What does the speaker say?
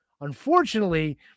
Unfortunately